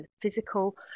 physical